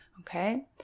Okay